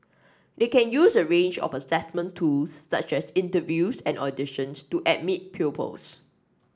they can use a range of assessment tools such as interviews and auditions to admit pupils